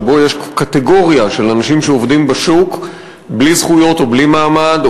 שבו יש קטגוריה של אנשים שעובדים בשוק בלי זכויות או בלי מעמד,